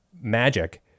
magic